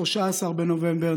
13 בנובמבר,